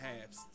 halves